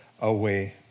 away